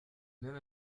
même